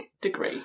degree